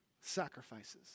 sacrifices